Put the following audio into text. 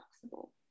flexible